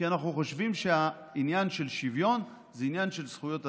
כי אנחנו חושבים שהעניין של שוויון זה עניין של זכויות אדם,